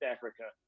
Africa